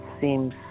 seems